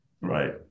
Right